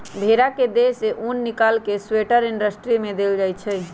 भेड़ा के देह से उन् निकाल कऽ स्वेटर इंडस्ट्री में देल जाइ छइ